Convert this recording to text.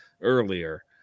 earlier